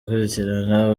gukurikirana